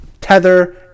Tether